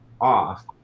off